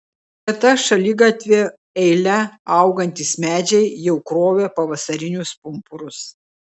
greta šaligatvio eile augantys medžiai jau krovė pavasarinius pumpurus